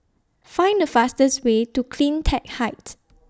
Find The fastest Way to CleanTech Height